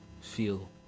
feel